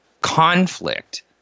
conflict